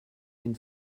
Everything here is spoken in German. ein